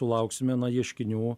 sulauksime na ieškinių